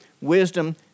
wisdom